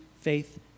faith